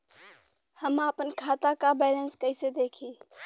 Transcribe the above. हम आपन खाता क बैलेंस कईसे देखी?